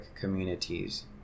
communities